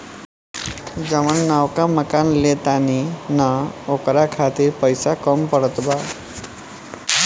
जवन नवका मकान ले तानी न ओकरा खातिर पइसा कम पड़त बा